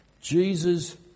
Jesus